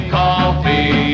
coffee